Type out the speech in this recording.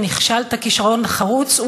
ונכשלת כישלון חרוץ,